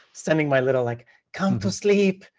sending my little, like, come to sleep.